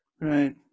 Right